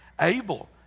Abel